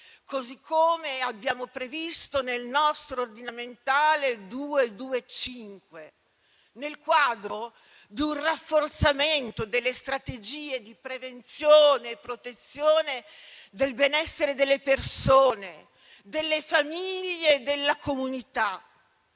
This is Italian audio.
così come abbiamo previsto nel nostro disegno di legge ordinamentale n. 225, nel quadro di un rafforzamento delle strategie di prevenzione e protezione del benessere delle persone, delle famiglie e della comunità,